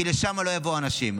כי לשם לא יבואו אנשים.